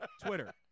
Twitter